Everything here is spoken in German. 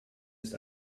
ist